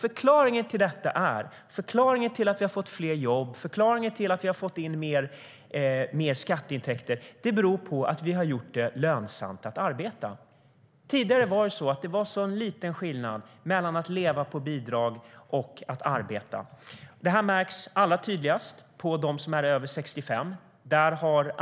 Förklaringen till att vi har fått fler jobb och till att vi har fått in mer skatteintäkter är att vi har gjort det lönsamt att arbeta. Tidigare var det en så liten skillnad mellan att leva på bidrag och att arbeta. Detta märks allra tydligast på dem som är över 65 år.